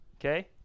Okay